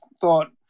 thought